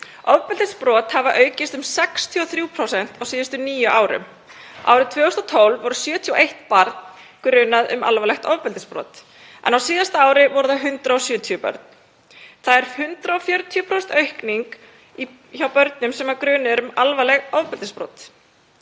Ofbeldisbrot hafa aukist um 63% á síðustu níu árum. Árið 2012 var 71 barn grunað um alvarlegt ofbeldisbrot en á síðasta ári voru það 170 börn. Það er 140% aukning hjá börnum sem grunuð eru um alvarleg ofbeldisbrot.